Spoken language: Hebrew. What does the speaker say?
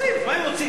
רוצים, מה הם רוצים?